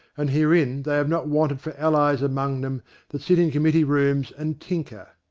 and herein they have not wanted for allies among them that sit in committee rooms, and tinker.